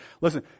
listen